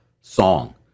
song